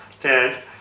dead